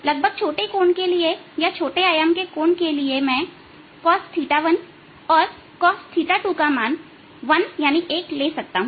लगभग छोटे कोण के लिए या छोटे आयाम के कोण के लिए मैं cos θ1 और cos θ2 का मान 1 ले सकता हूं